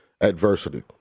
adversity